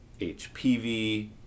HPV